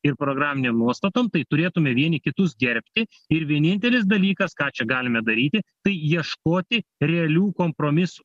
ir programinėm nuostatom tai turėtume vieni kitus gerbti ir vienintelis dalykas ką čia galime daryti tai ieškoti realių kompromisų